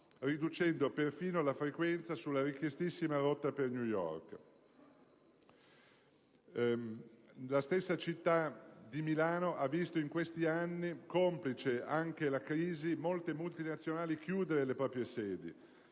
riducendo perfino la frequenza sulla richiestissima rotta per New York. La stessa città di Milano ha visto in questi anni, complice anche la crisi, molte multinazionali chiudere le proprie sedi,